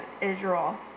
Israel